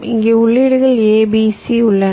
இங்கே உள்ளீடுகள் a b c உள்ளன